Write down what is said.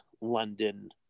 London